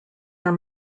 are